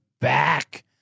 back